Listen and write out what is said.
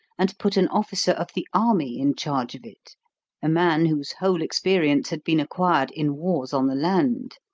and put an officer of the army in charge of it a man whose whole experience had been acquired in wars on the land.